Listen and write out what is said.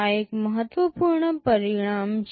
આ એક મહત્વપૂર્ણ પરિણામ છે